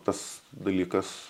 tas dalykas